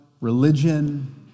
religion